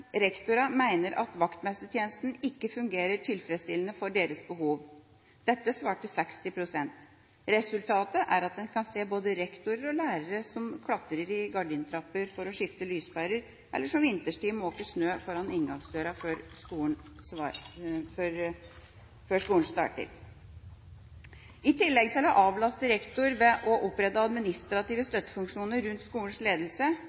rektorene mener at vaktmestertjenesten ikke fungerer tilfredsstillende for deres behov. Dette svarte 60 pst. Resultatet er at en kan se både rektorer og lærere som klatrer i gardintrapper for å skifte lyspærer, eller som vinterstid måker snø foran inngangsdøra før skolen starter. I tillegg til å avlaste rektor ved å opprette administrative støttefunksjoner rundt skolens ledelse